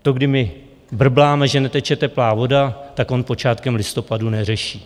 To, kdy my brbláme, že neteče teplá voda, tak on počátkem listopadu neřeší.